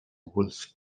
wolves